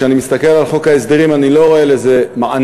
וכשאני מסתכל על חוק ההסדרים אני לא רואה לזה מענה,